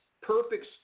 perfect